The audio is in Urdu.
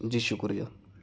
جی شُکریہ